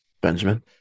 Benjamin